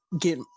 get